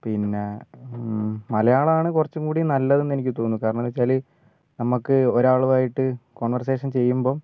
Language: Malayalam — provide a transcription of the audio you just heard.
പിന്നെ മലയാളമാണ് കുറച്ചുംകൂടി നല്ലതെന്ന് എനിക്ക് തോന്നുന്നു കാരണം എന്നു വച്ചാൽ നമ്മൾക്ക് ഒരാളുമായിട്ട് കോൺവെർസേഷൻ ചെയ്യുമ്പം